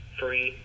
free